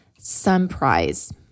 SunPrize